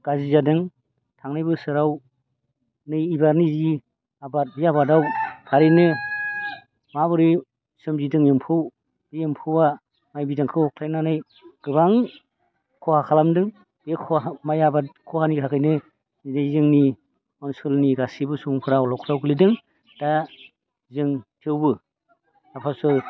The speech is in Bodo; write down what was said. गाज्रि जादों थांनाय बोसोराव नै एबार नै जि आबाद बे आबादाव थारैनो माबोरै सोमजिदों एम्फौ बे एम्फौआ माइ बिदांखौ होबथायनानै गोबां खहा खालामदों बे खहा माइ आबाद खहानि थाखायनो दिनै जोंनि अनसोलनि गासैबो संसारा अलखदाव गोग्लैदों दा जों थेवबो आफा इसोर